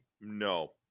No